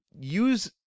use